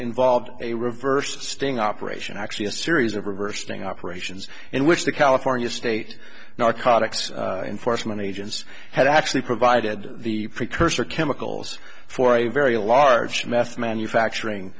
involved a reverse sting operation actually a series of reversing operations in which the california state narcotics enforcement agents had actually provided the precursor chemicals for a very large meth manufacturing